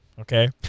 okay